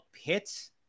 hits